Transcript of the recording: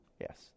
Yes